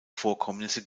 vorkommnisse